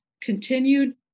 continued